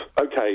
okay